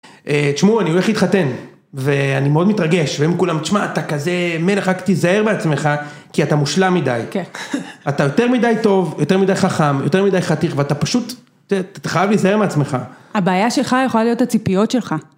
תשמעו אני הולך להתחתן ואני מאוד מתרגש והם כולם, תשמע, אתה כזה מלך רק תיזהר בעצמך כי אתה מושלם מדי. כן. אתה יותר מדי טוב, יותר מדי חכם, יותר מדי חתיך ואתה פשוט, אתה חייב להיזהר מעצמך. הבעיה שלך יכולה להיות הציפיות שלך.